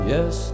Yes